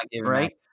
Right